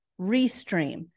Restream